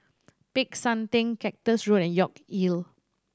Peck San Theng Cactus Road and York Hill